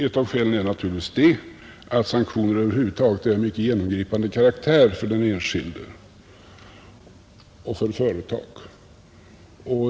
Ett av skälen är naturligtvis att sanktionerna över huvud taget är av mycket genomgripande karaktär för den enskilde och för företag.